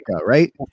Right